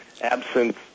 absence